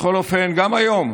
בכל אופן, גם היום,